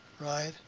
right